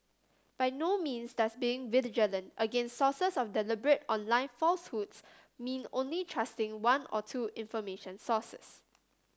by no means does being vigilant against sources of deliberate online falsehoods mean only trusting one or two information sources